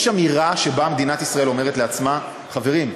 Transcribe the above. אמירה שבה מדינת ישראל אומרת לעצמה: חברים,